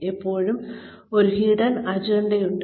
എപ്പോഴും ഒരു ഹിഡൻ അജണ്ടയുണ്ട്